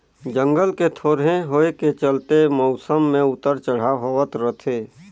जंगल के थोरहें होए के चलते मउसम मे उतर चढ़ाव होवत रथे